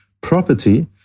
property